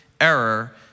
error